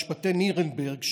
משפטי נירנברג,